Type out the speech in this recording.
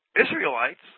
Israelites